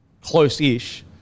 close-ish